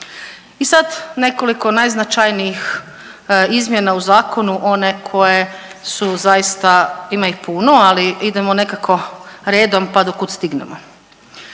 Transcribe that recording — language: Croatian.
I sad nekoliko najznačajnijih izmjena u zakonu, one koje su zaista, ima ih puno, ali idemo nekako redom pa do kud stignemo.